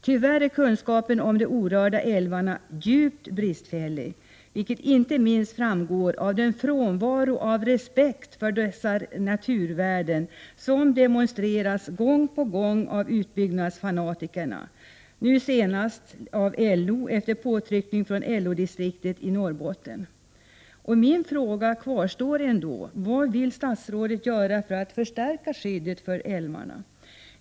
Tyvärr är kunskapen om de orörda älvarna djupt bristfällig, vilket framgår inte minst av den frånvaro av respekt för dessa naturvärden som demonstreras gång på gång av utbyggnadsfanatikerna, nu senast av LO efter påtryckning från LO-distriktet i Norrbotten. Min fråga kvarstår: Vad vill statsrådet göra för att förstärka skyddet för älvarna?